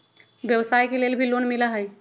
व्यवसाय के लेल भी लोन मिलहई?